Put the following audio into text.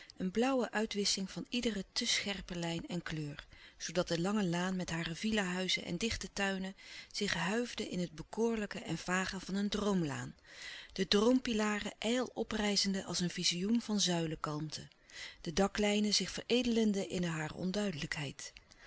een blauwige uitwissching van iedere te scherpe lijn en kleur zoodat de lange laan met hare villa huizen en dichte tuinen zich huifde in het bekoorlijke en vage van een droomlaan de droompilaren ijl oprijzende als een vizioen van zuilenkalmte de daklijnen zich veredelende in hare